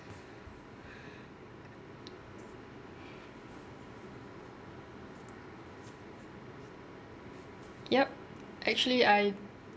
yup actually I